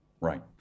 Right